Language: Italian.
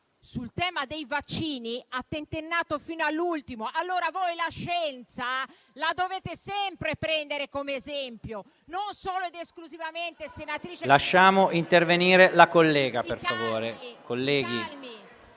Lasciamo intervenire la collega, per favore. PAITA